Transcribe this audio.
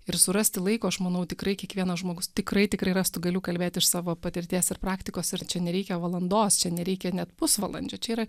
ir surasti laiko aš manau tikrai kiekvienas žmogus tikrai tikrai rastų galiu kalbėt iš savo patirties ir praktikos ir čia nereikia valandos čia nereikia net pusvalandžio čia yra